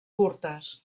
curtes